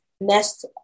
next